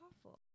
awful